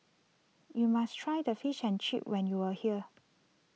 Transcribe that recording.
you must try the Fish and Chips when you are here